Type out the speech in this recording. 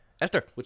Esther